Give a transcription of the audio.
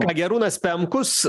ką gi arūnas pemkus